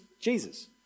jesus